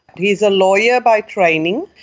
he's a lawyer by training.